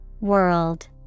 World